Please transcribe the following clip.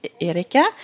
Erika